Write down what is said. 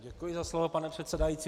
Děkuji za slovo, paní předsedající.